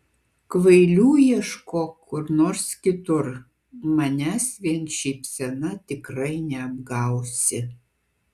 kvailių ieškok kur nors kitur manęs vien šypsena tikrai neapgausi